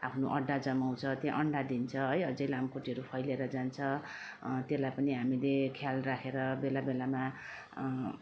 आफ्नो अड्डा जमाउँछ त्यहाँ अन्डा दिन्छ है अझ लामखुट्टेहरू फैलिएर जान्छ त्यसलाई पनि हामीले ख्याल राखेर बेला बेलामा